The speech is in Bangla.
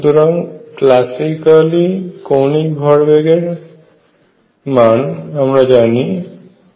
সুতরাং ক্লাসিক্যালি কৌণিক ভরবেগের মান আমরা জানি rp